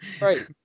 Right